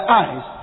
eyes